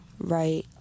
right